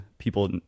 people